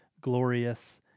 glorious